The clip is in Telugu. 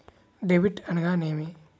డెబిట్ అనగానేమి?